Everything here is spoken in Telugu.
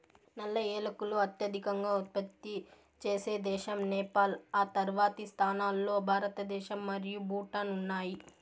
నల్ల ఏలకులు అత్యధికంగా ఉత్పత్తి చేసే దేశం నేపాల్, ఆ తర్వాతి స్థానాల్లో భారతదేశం మరియు భూటాన్ ఉన్నాయి